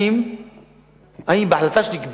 אם החלטה שלי,